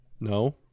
No